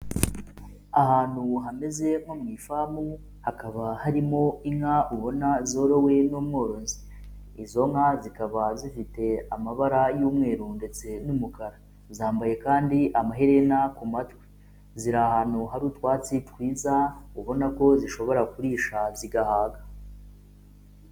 Ahantu hameze nko mu ifamu, hakaba harimo inka ubona zorowe n'umworozi, izo nka zikaba zifite amabara y'umweru ndetse n'umukara, zambaye kandi amaherena ku matwi, ziri ahantu hari utwatsi twiza, ubona ko zishobora kurisha zigahaga.